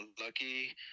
lucky